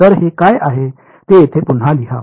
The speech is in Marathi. तर हे काय आहे ते येथे पुन्हा लिहा